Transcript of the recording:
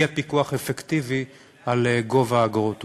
יהיה פיקוח אפקטיבי על גובה האגרות.